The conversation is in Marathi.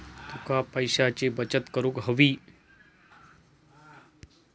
तुका पैशाची बचत करूक हवी